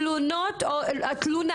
תלונות או תלונה?